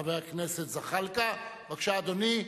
חבר הכנסת זחאלקה, בבקשה, אדוני.